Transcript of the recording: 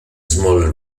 smaller